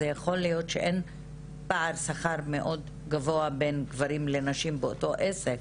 זה יכול להיות שאין פער שכר מאוד גבוה בין גברים לנשים באותו עסק,